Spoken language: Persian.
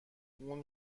اون